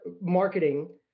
marketing